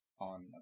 on